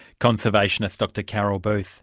conservationist dr carol booth.